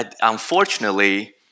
Unfortunately